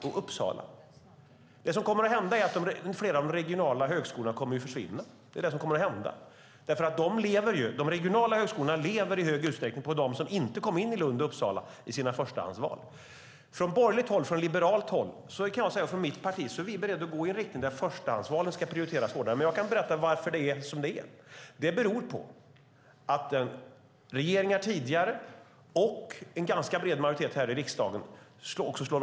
Men det som också kommer att hända är att flera av de regionala högskolorna kommer att försvinna. Dessa lever i hög utsträckning på dem som inte kom in i Lund och Uppsala på sina förstahandsval. Från borgerligt och liberalt håll kan jag dock säga att vi i mitt parti är beredda att gå i riktning mot att förstahandsvalet ska prioriteras hårdare. Jag kan berätta varför det är som det är. Det beror på att tidigare regeringar slagit vakt om de regionala högskolorna, liksom en ganska bred majoritet här i riksdagen i dag.